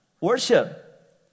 Worship